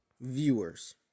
Viewers